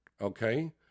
okay